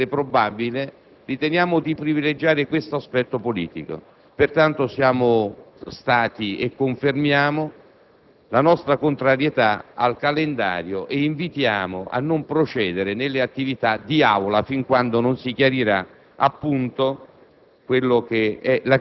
forse potrebbe anche essere probabile, riteniamo di privilegiare questo aspetto politico. Pertanto, abbiamo espresso e confermiamo la nostra contrarietà al calendario e invitiamo a non procedere nelle attività di Aula fin quando non si chiarirà la